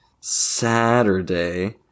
Saturday